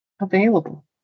available